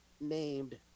named